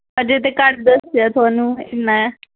अज्जें ते घट्ट दस्सेआ तुआनूं इन्ना ऐ